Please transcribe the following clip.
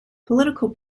political